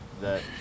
that-